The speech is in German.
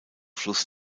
fluss